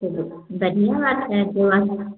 चलो बढ़िया बात है यह